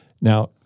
Now